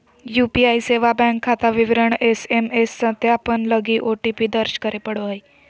UPI सेवा bank खाता विवरण एस.एम.एस सत्यापन लगी ओ.टी.पी दर्ज करे पड़ो हइ